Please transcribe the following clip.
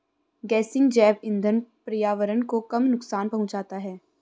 गेसिंग जैव इंधन पर्यावरण को कम नुकसान पहुंचाता है